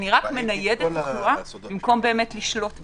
ואני רק מניידת את התחלואה במקום לשלוט בה.